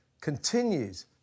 continues